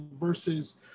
versus